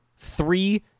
three